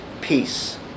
peace